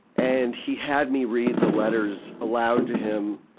and he had me read the letters aloud to him,